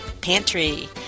pantry